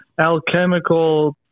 alchemical